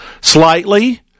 slightly